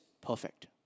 perfect